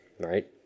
right